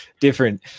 different